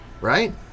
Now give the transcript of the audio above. right